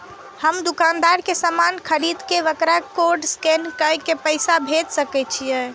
हम दुकानदार के समान खरीद के वकरा कोड स्कैन काय के पैसा भेज सके छिए?